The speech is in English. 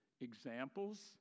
examples